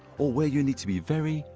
or where you need to be very,